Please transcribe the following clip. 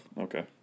Okay